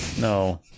No